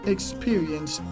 Experience